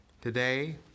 today